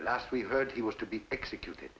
last we heard he was to be executed